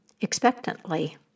expectantly